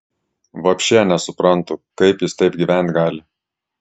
vapšė nesuprantu kaip jis taip gyvent gali